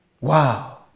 Wow